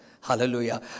Hallelujah